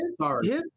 Sorry